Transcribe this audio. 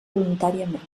voluntàriament